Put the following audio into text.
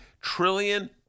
trillion